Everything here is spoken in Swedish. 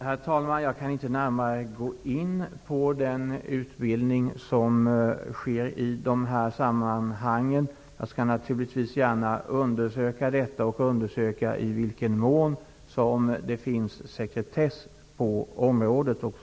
Herr talman! Jag kan inte gå in närmare på den utbildning som sker i de här sammanhangen. Jag skall naturligtvis gärna undersöka detta och även undersöka i vilken mån det förekommer sekretess på området.